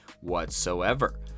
whatsoever